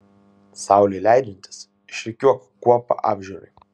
saulei leidžiantis išrikiuok kuopą apžiūrai